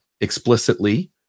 explicitly